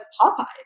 Popeyes